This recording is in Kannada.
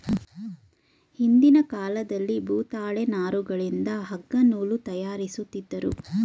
ಹಿಂದಿನ ಕಾಲದಲ್ಲಿ ಭೂತಾಳೆ ನಾರುಗಳಿಂದ ಅಗ್ಗ ನೂಲು ತಯಾರಿಸುತ್ತಿದ್ದರು